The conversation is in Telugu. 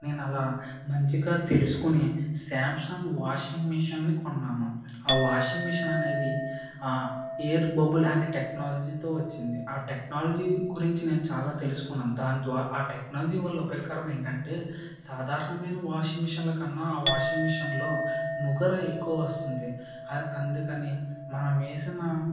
నేను అలా మంచిగా తెలుసుకుని సామ్సంగ్ వాషింగ్ మిషన్ని కొన్నాను ఆ వాషింగ్ మిషన్ అనేది ఆ ఎయిర్ బబుల్ అనే టెక్నాలజితో వచ్చింది ఆ టెక్నాలజీ గురించి నేను చాలా తెలుసుకున్నాను దాని ద్వారా ఆ టెక్నాలజీ వల్ల ఉపయోగకరం ఏంటంటే సాదరణమైన వాషింగ్ మిషన్ లకన్నా ఆ వాషింగ్ మిషనులో నురగ ఎక్కువ వస్తుంది అందుకని మనం వేసినా